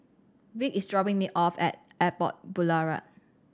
Vick is dropping me off at Airport Boulevard